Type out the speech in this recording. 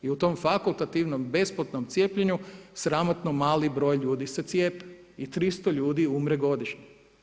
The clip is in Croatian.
I u tom fakultativnom besplatnom cijepljenju sramotno mali broj ljudi se cijepe i 300 ljudi umre godišnje.